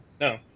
No